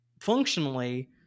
functionally